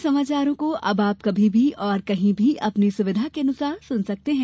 हमारे समाचारों को अब आप कभी भी और कहीं भी अपनी सुविधा के अनुसार सुन सकते हैं